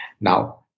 Now